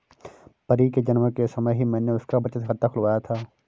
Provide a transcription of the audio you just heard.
परी के जन्म के समय ही मैने उसका बचत खाता खुलवाया था